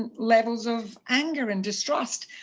and levels of anger and distrust.